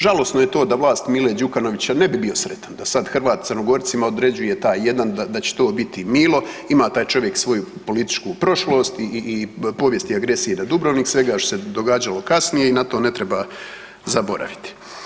Žalosno je to da vlast Mile Đukanovića, ne bi bio sretan da sad Hrvat Crnogorcima određuje taj jedan da će to biti Milo, ima čovjek svoju političku povijest i povijest i agresije na Dubrovnik, svega što se događalo kasnije i na to ne treba zaboraviti.